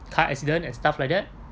car accident and stuff like that